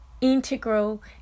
integral